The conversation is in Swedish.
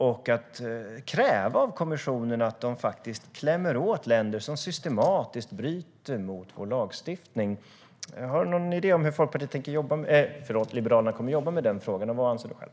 Kan man kräva av kommissionen att den ska klämma åt länder som systematiskt bryter mot lagstiftningen? Har du någon idé om hur Liberalerna kommer att jobba med den frågan? Och vad anser du själv?